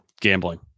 gambling